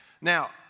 Now